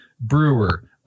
brewer